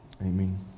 Amen